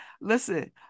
Listen